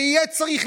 ויהיה צריך,